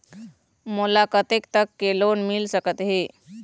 मोला कतेक तक के लोन मिल सकत हे?